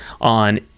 on